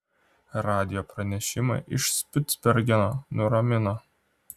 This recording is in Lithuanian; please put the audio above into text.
radijo pranešimai iš špicbergeno nuramino